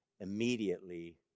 immediately